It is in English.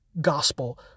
gospel